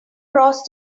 cross